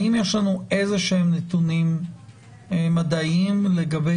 האם יש לנו איזה שהם נתונים מדעיים לגבי